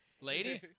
Lady